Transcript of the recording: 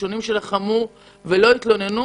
לחמו ולא התלוננו.